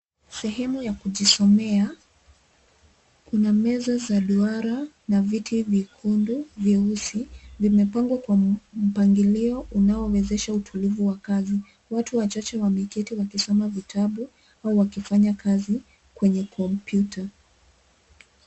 Sehemu ya kujisomea. Kuna meza za duara na viti vyekundu, vyeusi vimepangwa kwa mpagilio unao wezesha utulivu wa kazi. Watu wachache wameketi wakisoma vitabu au wakifanya kazi kwenye kompyuta.